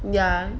ya